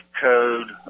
code